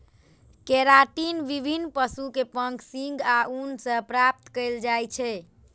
keratin विभिन्न पशुक पंख, सींग आ ऊन सं प्राप्त कैल जाइ छै